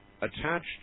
attached